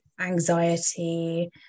anxiety